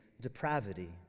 depravity